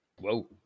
whoa